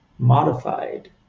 modified